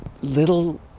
little